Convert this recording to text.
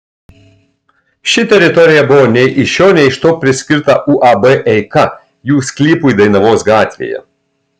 ši teritorija buvo nei iš šio nei iš to priskirta uab eika jų sklypui dainavos gatvėje